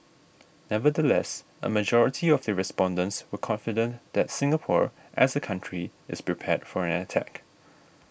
nevertheless a majority of the respondents were confident that Singapore as a country is prepared for an attack